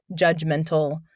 judgmental